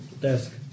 desk